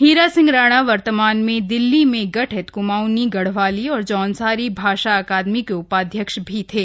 हीरा सिंह राणा वर्तमान में दिल्ली में गठित क्माऊंनी गढ़वाली और जौनसारी भाषा अकादमी के उपाध्यक्ष भी थे